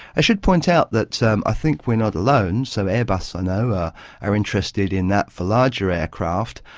i should point out that so um i think we are not alone, so airbus i ah know are are interested in that for larger aircraft.